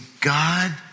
God